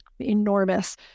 enormous